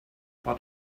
but